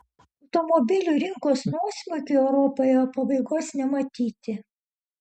automobilių rinkos nuosmukiui europoje pabaigos nematyti